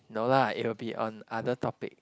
no lah it will be on other topic